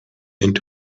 into